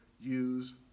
use